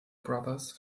brothers